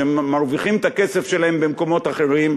שמרוויחים את הכסף שלהם במקומות אחרים,